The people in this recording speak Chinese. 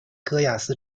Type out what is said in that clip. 戈亚斯